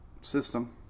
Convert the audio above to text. system